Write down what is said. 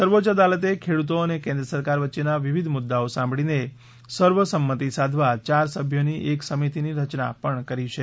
સર્વોચ્ય અદાલતે ખેડૂતો અને કેન્દ્ર સરકાર વચ્ચેના વિવિધ મુદ્દાઓ સાંભળીને સર્વસંમતી સાધવા ચાર સભ્યોની એક સમિતીની રચના પણ કરી છે